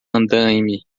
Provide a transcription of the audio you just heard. andaime